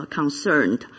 concerned